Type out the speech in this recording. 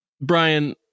Brian